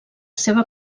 seva